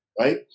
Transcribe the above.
right